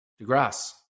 DeGrasse